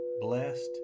blessed